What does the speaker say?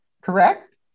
correct